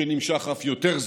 שנמשך אף יותר זמן,